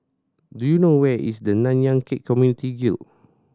do you know where is the Nanyang Khek Community Guild